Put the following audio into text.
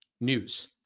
news